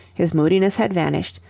his moodiness had vanished,